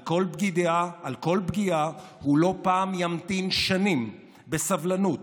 על כל פגיעה הוא ימתין לא פעם שנים, בסבלנות,